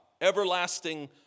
Everlasting